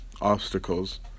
obstacles